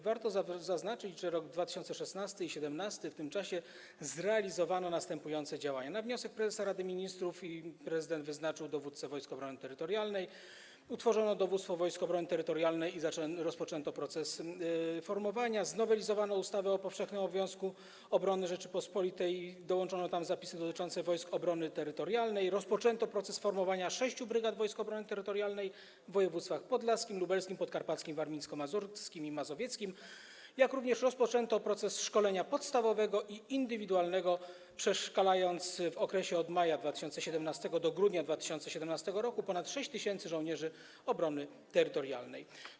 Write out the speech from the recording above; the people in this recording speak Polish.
Warto zaznaczyć, że w roku 2016 i roku 2017 zrealizowano następujące działania: na wniosek prezesa Rady Ministrów prezydent wyznaczył dowódcę Wojsk Obrony Terytorialnej, utworzono dowództwo Wojsk Obrony Terytorialnej i rozpoczęto proces formowania wojsk, znowelizowano ustawę o powszechnym obowiązku obrony Rzeczypospolitej Polskiej, dołączono tam zapisy dotyczące Wojsk Obrony Terytorialnej, rozpoczęto proces formowania sześciu brygad Wojsk Obrony Terytorialnej w województwach: podlaskim, lubelskim, podkarpackim, warmińsko-mazurskim i mazowieckim, jak również rozpoczęto proces szkolenia podstawowego i indywidualnego, w wyniku czego przeszkolono w okresie od maja 2017 r. do grudnia 2017 r. ponad 6 tys. żołnierzy obrony terytorialnej.